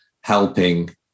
helping